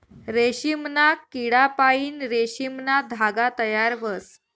रेशीमना किडापाईन रेशीमना धागा तयार व्हस